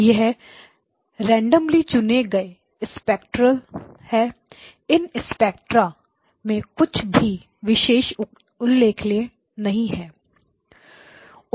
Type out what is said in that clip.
ये सिर्फ रैंडम्ली चुने गए स्पेक्ट्रा हैं इन स्पेक्ट्रा में कुछ भी विशेष उल्लेखनीय नहीं है